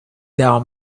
down